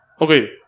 Okay